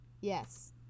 Yes